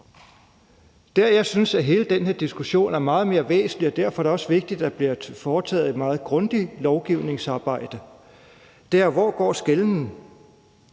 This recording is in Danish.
hvor jeg synes hele den her diskussion er meget mere væsentlig – derfor er det også vigtigt, at der bliver foretaget et meget grundigt lovgivningsarbejde – er, hvor skelnen